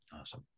awesome